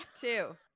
two